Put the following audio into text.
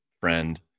friend